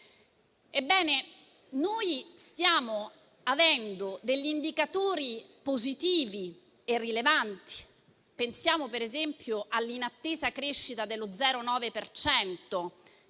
Ebbene, stiamo avendo degli indicatori positivi e rilevanti, come per esempio l'inattesa crescita dello 0,9